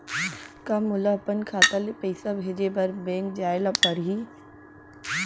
का मोला अपन खाता ले पइसा भेजे बर बैंक जाय ल परही?